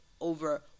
over